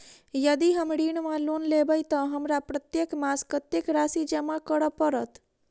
यदि हम ऋण वा लोन लेबै तऽ हमरा प्रत्येक मास कत्तेक राशि जमा करऽ पड़त?